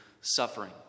suffering